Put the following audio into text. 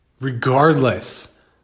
regardless